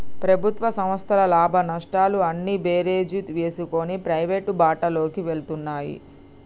ప్రభుత్వ సంస్థల లాభనష్టాలు అన్నీ బేరీజు వేసుకొని ప్రైవేటు బాటలోకి వెళ్తున్నాయి